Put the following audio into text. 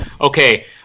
okay